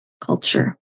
culture